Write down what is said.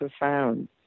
profound